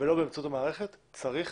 ולא באמצעות המערכת, צריך